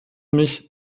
mich